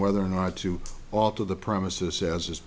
whether or not to alter the promises as